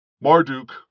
Marduk